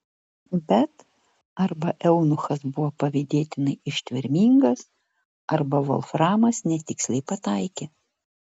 bet arba eunuchas buvo pavydėtinai ištvermingas arba volframas netiksliai pataikė